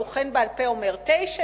הבוחן אומר בעל-פה: 9,